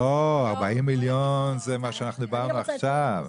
לא, 40 מיליון זה מה שאנחנו דיברנו עכשיו.